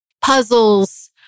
puzzles